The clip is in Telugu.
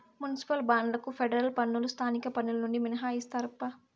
మునిసిపల్ బాండ్లకు ఫెడరల్ పన్నులు స్థానిక పన్నులు నుండి మినహాయిస్తారప్పా